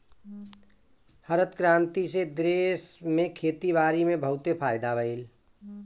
हरित क्रांति से देश में खेती बारी में बहुते फायदा भइल